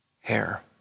hair